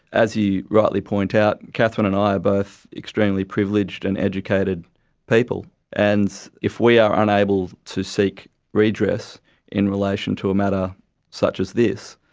as you rightly point out, catherine and i are both extremely privileged and educated people, and if we are unable to seek redress in relation to a matter such as this,